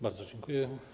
Bardzo dziękuję.